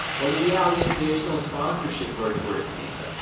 well, the reality is there is no sponsorship for a tourist visa.